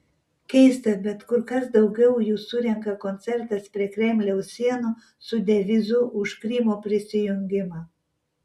keista bet kur kas daugiau jų surenka koncertas prie kremliaus sienų su devizu už krymo prisijungimą